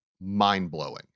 mind-blowing